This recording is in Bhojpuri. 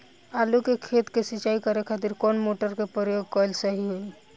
आलू के खेत सिंचाई करे के खातिर कौन मोटर के प्रयोग कएल सही होई?